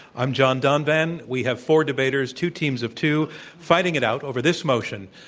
i'm john donvan. we have four debaters, two teams of two fighting it out over this motion,